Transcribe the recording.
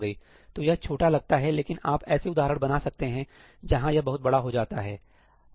तो यह छोटा लगता है लेकिन आप ऐसे उदाहरण बना सकते हो जहां यह बहुत बड़ा हो जाता है